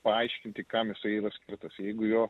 paaiškinti kam jisai yra skirtas jeigu jo